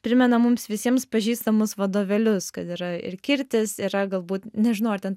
primena mums visiems pažįstamus vadovėlius kad yra ir kirtis yra galbūt nežinau ar ten